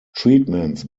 treatments